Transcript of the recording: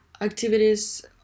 activities